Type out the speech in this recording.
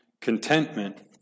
contentment